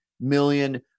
million